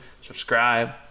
subscribe